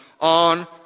on